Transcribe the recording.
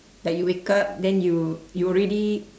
like you wake up then you you already